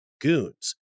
goons